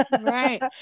Right